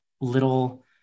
little